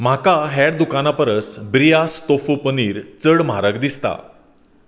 म्हाका हेर दुकानां परस ब्रियास तोफू पनीर चड म्हारग दिसता